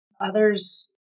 others